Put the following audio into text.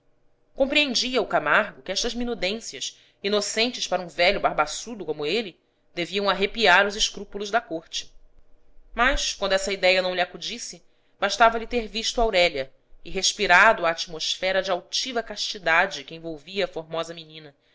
compreendia o camargo que estas minudências inocentes para um velho barbaçudo como ele deviam arrepiar os escrúpulos da corte mas quando essa idéia não lhe acudisse bastava lhe ter visto aurélia e respirado a atmosfera de altiva castidade que envolvia a formosa menina